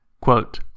Quote